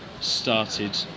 started